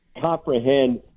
comprehend